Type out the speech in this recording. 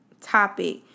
topic